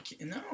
No